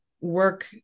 work